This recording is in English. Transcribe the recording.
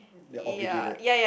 you are obligated